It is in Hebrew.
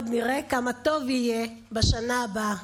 עוד תראה כמה טוב יהיה בשנה הבאה,